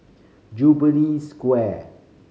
Jubilee Square